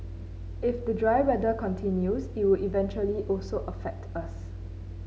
if the dry weather continues it will eventually also affect us